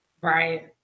Right